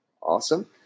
Awesome